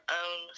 own